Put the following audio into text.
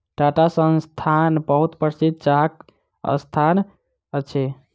टाटा संस्थान बहुत प्रसिद्ध चाहक संस्थान अछि